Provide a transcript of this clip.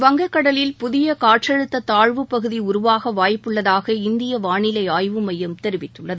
வங்க கடலில் புதிய காற்றழுத்த தாழ்வுப்பகுதி உருவாக வாய்ப்புள்ளதாக இந்திய வாளிலை ஆய்வு மையம் தெரிவித்துள்ளது